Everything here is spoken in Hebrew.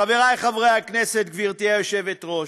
חברי חברי הכנסת, גברתי היושבת-ראש,